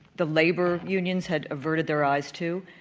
the labor unions had averted their eyes to.